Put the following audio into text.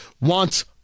wants